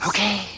Okay